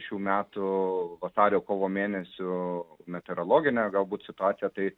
šių metų vasario kovo mėnesių meteorologinę galbūt situaciją tai